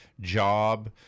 job